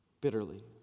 bitterly